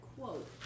quote